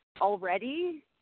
already